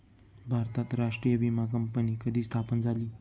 भारतात राष्ट्रीय विमा कंपनी कधी स्थापन झाली?